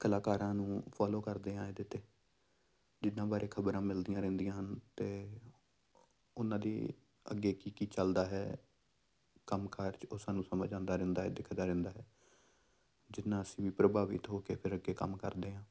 ਕਲਾਕਾਰਾਂ ਨੂੰ ਫੋਲੋ ਕਰਦੇ ਹਾਂ ਇਹਦੇ 'ਤੇ ਜਿਹਨਾਂ ਬਾਰੇ ਖ਼ਬਰਾਂ ਮਿਲਦੀਆਂ ਰਹਿੰਦੀਆਂ ਹਨ ਅਤੇ ਉਹਨਾਂ ਦੀ ਅੱਗੇ ਕੀ ਕੀ ਚੱਲਦਾ ਹੈ ਕੰਮ ਕਾਰ 'ਚ ਉਹ ਸਾਨੂੰ ਸਮਝ ਆਉਂਦਾ ਰਹਿੰਦਾ ਹੈ ਦਿਖਦਾ ਰਹਿੰਦਾ ਹੈ ਜਿਹਦੇ ਨਾਲ ਅਸੀਂ ਵੀ ਪ੍ਰਭਾਵਿਤ ਹੋ ਕੇ ਫਿਰ ਅੱਗੇ ਕੰਮ ਕਰਦੇ ਹਾਂ